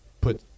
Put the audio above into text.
put